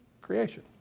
creation